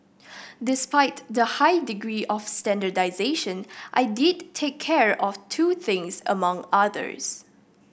despite the high degree of standardisation I did take care of two things among others